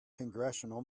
congressional